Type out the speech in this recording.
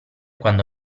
quando